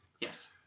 Yes